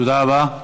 תודה רבה.